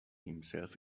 himself